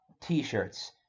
T-shirts